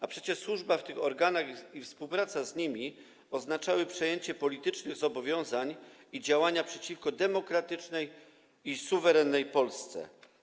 A przecież służba w tych organach i współpraca z nimi oznaczały przyjęcie politycznych zobowiązań i działanie przeciwko demokratycznej i suwerennej Polsce.